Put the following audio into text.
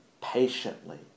patiently